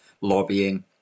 lobbying